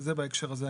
זה בהקשר הזה.